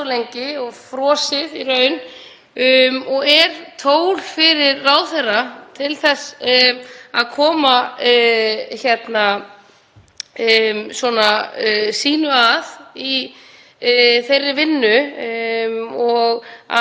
koma sínu að í þeirri vinnu og að það séu réttir hvatar fyrir háskólana, ekki bara fjöldi eins og verið hefur. Það hefur verið mikið ósætti um það fjármögnunarlíkan sem var virkt og hefur nú verið fryst.